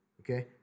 Okay